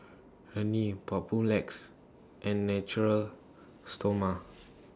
Rene Papulex and Natura Stoma